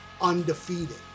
undefeated